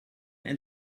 and